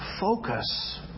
focus